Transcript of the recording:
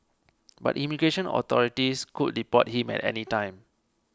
but immigration authorities could deport him at any time